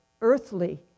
earthly